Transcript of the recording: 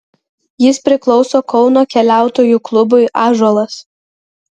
jis priklauso kauno keliautojų klubui ąžuolas